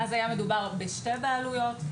היה מדובר בשתי בעלויות.